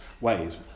ways